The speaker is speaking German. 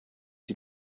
die